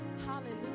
Hallelujah